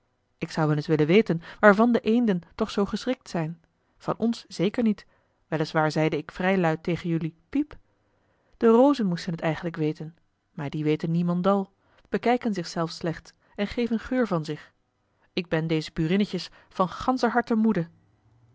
ik zou wel eens willen weten waarvan de eenden toch zoo geschrikt zijn van ons zeker niet wel is waar zeide ik vrij luid tegen jelui piep de rozen moesten het eigenlijk weten maar die weten niemendal bekijken zich zelf slechts en geven geur van zich ik ben deze burinnetjes van ganscher harte moede